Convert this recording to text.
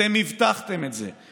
אתם הבטחתם את זה,